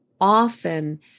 often